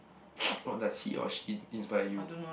what does he or she inspire you